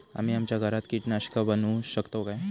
आम्ही आमच्या घरात कीटकनाशका बनवू शकताव काय?